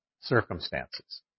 circumstances